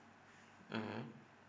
mmhmm